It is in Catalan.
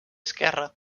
esquerra